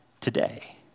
today